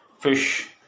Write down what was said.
fish